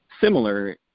similar